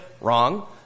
Wrong